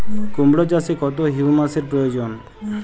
কুড়মো চাষে কত হিউমাসের প্রয়োজন?